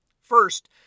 First